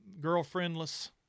girlfriendless